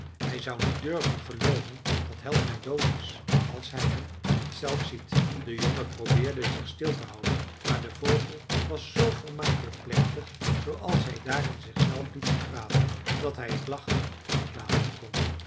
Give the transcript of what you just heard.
hij zou niet durven gelooven dat helpmij dood is als hij hem niet zelf ziet de jongen probeerde zich stil te houden maar de vogel was zoo vermakelijk plechtig zooals hij daar in zichzelf liep te praten dat hij het lachen niet laten kon